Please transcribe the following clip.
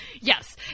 Yes